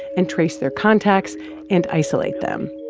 and trace their contacts and isolate them.